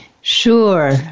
Sure